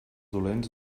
dolents